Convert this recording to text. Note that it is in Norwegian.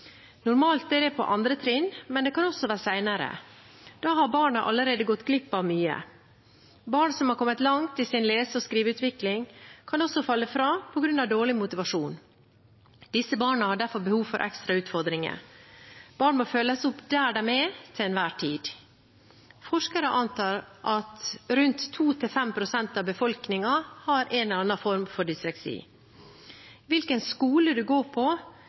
Normalt er det på 2. trinn, men det kan også være senere. Da har barnet allerede gått glipp av mye. Barn som har kommet langt i sin lese- og skriveutvikling, kan også falle fra på grunn av dårlig motivasjon. Disse barna har derfor behov for ekstra utfordringer. Barn må følges opp der de er til enhver tid. Forskere antar at rundt 2–5 pst. av befolkningen har en eller annen form for dysleksi. Hvilken skole man går på,